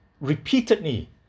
repeatedly